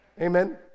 Amen